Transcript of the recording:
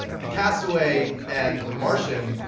the castaway and the martian,